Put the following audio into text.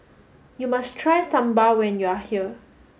you must try Sambar when you are here